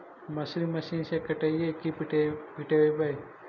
मसुरी मशिन से कटइयै कि पिटबै?